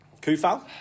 Kufal